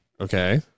Okay